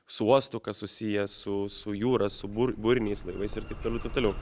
su uostu kas susiję su su jūra su bur buriniais laivais ir taip toliau ir taip toliau